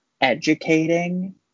educating